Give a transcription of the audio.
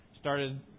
started